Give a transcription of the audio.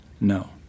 No